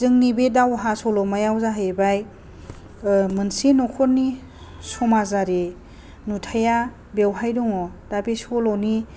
जोंनि बे दावहा सल'मायाव जाहैबाय मोनसे न'खरनि समाजारि नुथाया बेवहाय दङ दा बे सल'नि